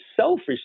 selfish